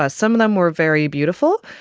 ah some of them were very beautiful,